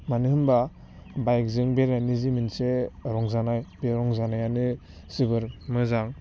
मानो होमबा बाइकजों बेरायनो जि मोनसे रंजानाय बे रंजानायानो जोबोर मोजां